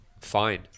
Fine